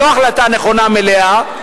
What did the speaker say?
לא החלטה נכונה במלואה,